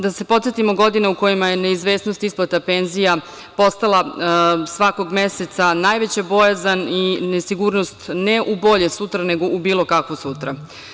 Da se podsetimo godina u kojima je neizvesnost isplate penzija postala svakog meseca najveća bojazan i nesigurnost, ne u bolje sutra, nego u bilo kakvo sutra.